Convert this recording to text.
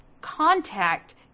contact